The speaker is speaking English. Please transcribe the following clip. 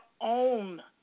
own